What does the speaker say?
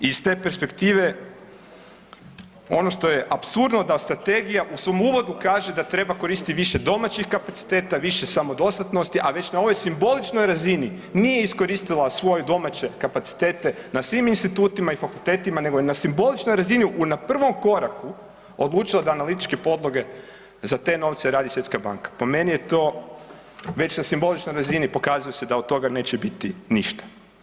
I iz te perspektive ono što je apsurdno da strategija u svom uvodu kaže da treba koristiti više domaćih kapaciteta, više samodostatnosti, a već na ovoj simboličnoj razini nije iskoristila svoje domaće kapacitete na svim institutima i fakultetima, nego je na simboličnoj razini na prvom koraku odlučila da analitičke podloge za te novce radi Svjetska banka, po meni je to, već na simboličnoj razini pokazuje se da od toga neće biti ništa.